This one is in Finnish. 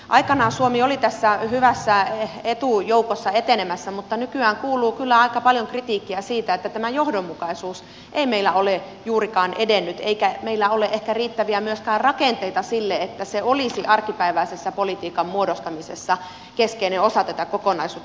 aikanaan suomi oli tässä hyvässä etujoukossa etenemässä mutta nykyään kuuluu kyllä aika paljon kritiikkiä siitä että tämä johdonmukaisuus ei meillä ole juurikaan edennyt eikä meillä ole ehkä myöskään riittäviä rakenteita sille että se olisi arkipäiväisessä politiikan muodostamisessa keskeinen osa tätä kokonaisuutta